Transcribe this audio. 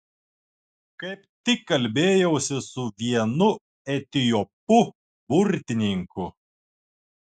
kaip tik kalbėjausi su vienu etiopu burtininku